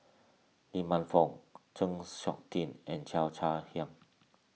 Lee Man Fong Chng Seok Tin and Cheo Chai Hiang